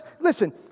Listen